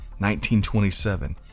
1927